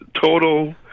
total